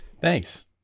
thanks